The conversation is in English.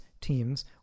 teams